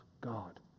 God